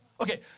Okay